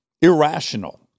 Irrational